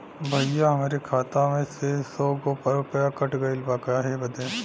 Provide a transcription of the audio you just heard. भईया हमरे खाता मे से सौ गो रूपया कट गइल बा काहे बदे?